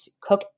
cook